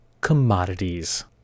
commodities